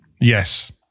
Yes